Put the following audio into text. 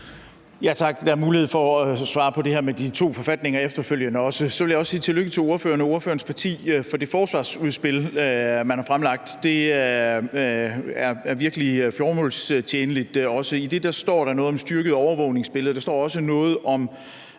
Tak. Der er mulighed for at svare på det her med de to forfatninger efterfølgende. Så vil jeg også sige tillykke til ordføreren og ordførerens parti med det forsvarsudspil, man har fremlagt. Det er virkelig formålstjenligt. I det står der noget om et styrket overvågningsbillede. Der står også noget om